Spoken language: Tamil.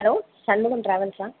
ஹலோ ஷண்முகம் ட்ராவல்ஸா